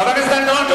חבר הכנסת דני דנון.